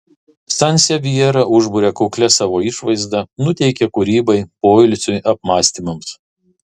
sansevjera užburia kuklia savo išvaizda nuteikia kūrybai poilsiui apmąstymams